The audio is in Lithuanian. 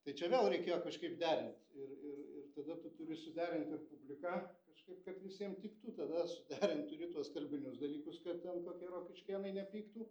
tai čia vėl reikėjo kažkaip derint ir ir ir tada tu turi suderint ir publiką kažkaip kad visiem tiktų tada suderint turi tuos kalbinius dalykus kad ten kokie rokiškėnai nepyktų